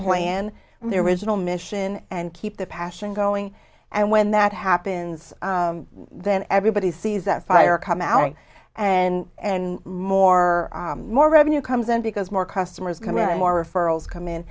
plan and their original mission and keep the passion going and when that happens then everybody sees that fire come out and and more more revenue comes in because more customers come in and more referrals come in